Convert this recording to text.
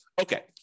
Okay